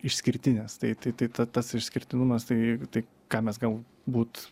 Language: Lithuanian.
išskirtinės tai tai ta tas išskirtinumas tai tai ką mes gal būt